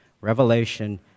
Revelation